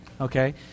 okay